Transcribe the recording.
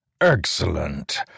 Excellent